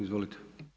Izvolite.